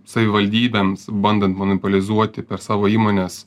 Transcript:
savivaldybėms bandant monopolizuoti per savo įmones